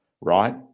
right